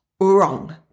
Wrong